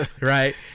Right